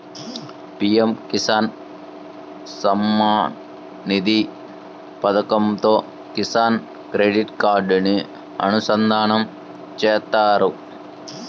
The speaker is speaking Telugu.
పీఎం కిసాన్ సమ్మాన్ నిధి పథకంతో కిసాన్ క్రెడిట్ కార్డుని అనుసంధానం చేత్తారు